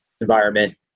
environment